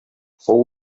fou